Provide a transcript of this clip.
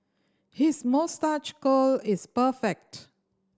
his moustache curl is perfect